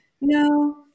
no